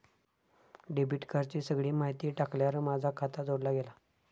debit कार्डाची सगळी माहिती टाकल्यार माझा खाता जोडला गेला